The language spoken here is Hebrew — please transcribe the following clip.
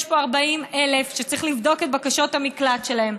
יש פה 40,000 שצריך לבדוק את בקשות המקלט שלהם.